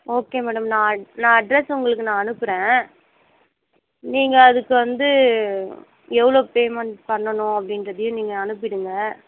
okay madam நான் நான் address உங்களுக்கு நான் அனுப்புறேன் நீங்கள் அதுக்கு வந்து எவ்வளோ பேமெண்ட் பண்ணணும் அப்படின்றதையும் நீங்கள் அனுப்பிடுங்க